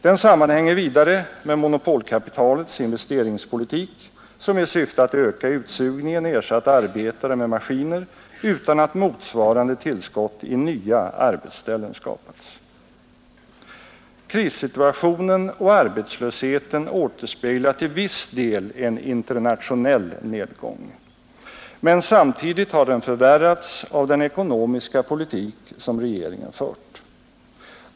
Den sammanhänger vidare med monopolkapitalets investeringspolitik som i syfte att öka utsugningen ersatt arbetare med maskiner utan att motsvarande tillskott i nya arbetsställen skapats. Krissituationen och arbetslösheten återspeglar till viss del en internationell nedgång. Men samtidigt har den förvärrats av den ekonomiska politik som regeringen fört.